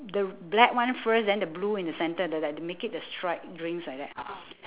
the black one first then the blue in the centre the like they make it the stripe drinks like that